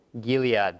Gilead